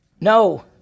No